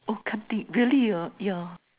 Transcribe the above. hor can't take really yeah yeah